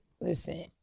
listen